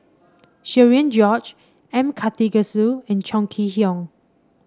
Cherian George M Karthigesu and Chong Kee Hiong